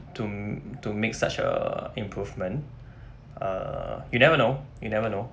to to make such a improvement uh you never know you never know